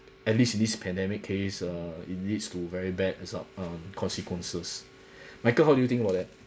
at least in this pandemic case uh it leads to very bad result um consequences michael how do you think about that